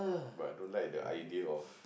but I don't like the idea of